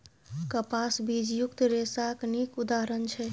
कपास बीजयुक्त रेशाक नीक उदाहरण छै